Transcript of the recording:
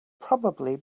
probably